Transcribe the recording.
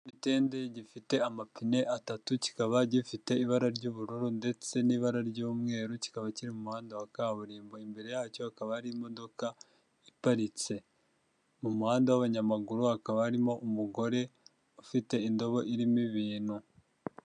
Bitende gifite amapine atatu kikaba gifite ibara ry'ubururu, ndetse n'ibara ry'umweru kikaba kiri muhanda wa kaburimbo, imbere yacyo hakaba harimo imodoka iparitse. Mu muhanda w'abanyamaguru hakaba harimo umugore ufite indobo irimo ibintu.